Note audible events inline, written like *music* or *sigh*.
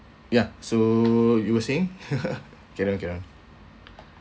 ya so you were saying *laughs* cannot cannot